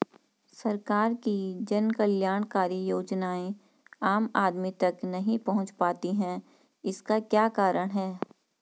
सरकार की जन कल्याणकारी योजनाएँ आम आदमी तक नहीं पहुंच पाती हैं इसका क्या कारण है?